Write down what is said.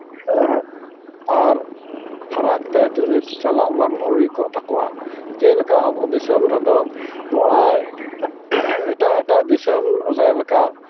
ᱟᱨ ᱯᱷᱟᱨᱟᱠ ᱛᱮ ᱪᱟᱞᱟᱜ ᱵᱟᱝ ᱦᱳᱭ ᱠᱚᱜ ᱛᱟᱠᱚᱣᱟ ᱡᱮᱞᱮᱠᱟ ᱟᱵᱚ ᱫᱤᱥᱚᱢ ᱨᱮᱫᱚ ᱱᱚᱜᱼᱚᱸᱭ ᱮᱴᱟᱜ ᱮᱴᱟᱜ ᱫᱤᱥᱚᱢ ᱨᱮ ᱞᱮᱠᱟ